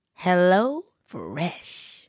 HelloFresh